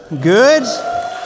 good